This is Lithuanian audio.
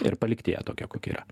ir palikti ją tokią kokia yra